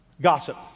Gossip